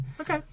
Okay